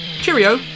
Cheerio